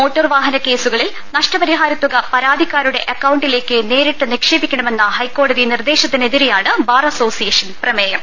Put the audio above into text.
മോട്ടോർവാഹന കേസുകളിൽ നഷ്ടപരിഹാരത്തുക പരാതിക്കാ രുടെ അക്കൌണ്ടിലേക്ക് നേരിട്ട് നിക്ഷേപിക്കണമെന്ന ഹൈക്കോ ടതി നിർദേശത്തിനെതിരെയാണ് ബാർഅസോസിയേഷൻ പ്രമേ യം